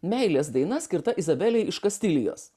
meilės daina skirta izabelei iš kastilijos